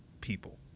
people